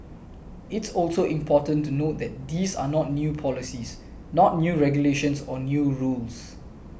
it's also important to note that these are not new policies not new regulations or new rules